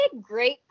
great